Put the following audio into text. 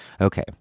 okay